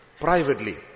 privately